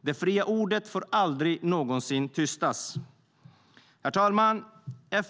Det fria ordet får aldrig någonsin tystas! Herr talman!